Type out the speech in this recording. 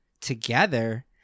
together